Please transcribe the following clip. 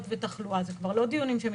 וזה לא גורע ממקום של מי שהיה